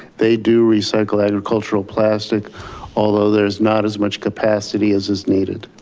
they do recycle agricultural plastic although there is not as much capacity as is needed.